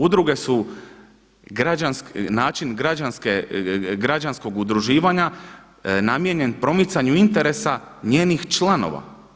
Udruge su način građanskog udruživanja namijenjen promicanju interesa njenih članova.